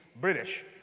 British